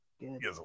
good